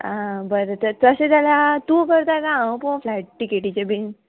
आ बरें तर तशें जाल्यार तूं करता काय हांव पोवू फ्लायट टिकेटीचें बीन